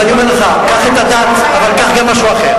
אז אני אומר לך: קח את הדת, אבל קח גם משהו אחר.